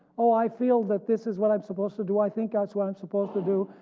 ah i feel that this is what i'm supposed to do, i think that's what i'm supposed to do,